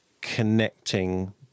connecting